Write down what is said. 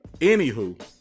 anywho